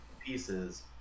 pieces